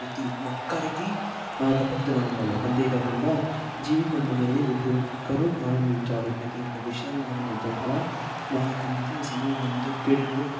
ప్రతి ఒక్కరికి ఆ యొక్క పట్టుదల ఉండాలి అంతేకాకుండా జీవితం అనేది ప్రతి ఒక్కరూ ఆనందించాలి ప్రతి ఒక్క విషయాన్ని ఆనందించాలి అలా నా యొక్క మిత్రుడు సమూహంతో క్రీడలు